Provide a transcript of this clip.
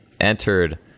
entered